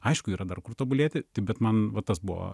aišku yra dar kur tobulėti tai bet man va tas buvo